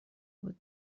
بود